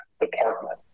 department